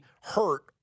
hurt